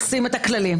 תשים את הכללים.